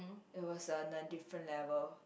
it was uh on different level